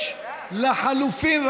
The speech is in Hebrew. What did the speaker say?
יש לחלופין,